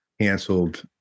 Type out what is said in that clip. canceled